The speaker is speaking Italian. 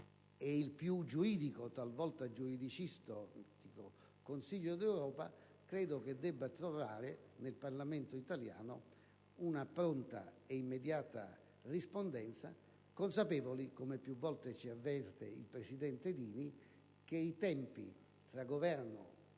e il più giuridico - talvolta giuridicistico - Consiglio d'Europa debba trovare nel Parlamento italiano una pronta e immediata rispondenza, consapevoli (come più volte ci avverte il presidente Dini) che in questa materia i